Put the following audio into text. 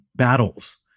battles